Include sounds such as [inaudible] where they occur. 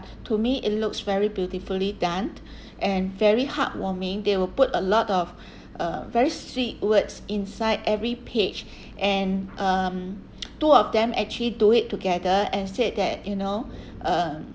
to me it looks very beautifully done and very heartwarming they will put a lot of [breath] uh very sweet words inside every page [breath] and um [noise] two of them actually do it together and said that you know uh